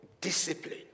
discipline